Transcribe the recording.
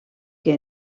que